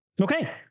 Okay